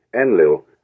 Enlil